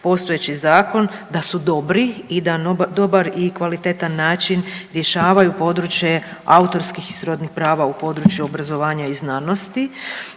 postojeći zakon, da su dobri i da na dobar i kvalitetan način rješavaju područje autorskih i srodnih prava u području obrazovanja i znanosti,